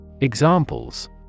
Examples